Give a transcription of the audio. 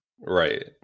Right